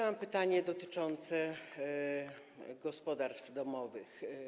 Mam pytanie dotyczące gospodarstw domowych.